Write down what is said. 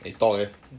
eh talk leh